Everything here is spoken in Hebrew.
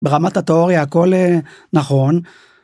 ברמת התיאוריה הכל נכון.